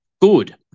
good